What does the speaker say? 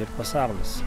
ir pasaulis